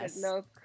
look